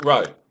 Right